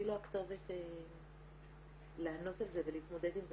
אני לא הכתובת לענות על זה ולהתמודד עם זה.